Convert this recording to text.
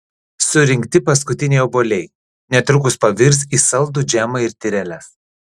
surinkti paskutiniai obuoliai netrukus pavirs į saldų džemą ir tyreles